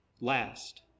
last